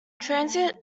transient